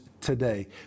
today